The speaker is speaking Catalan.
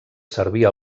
servir